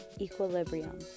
equilibrium